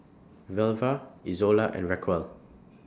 Velva Izola and Raquel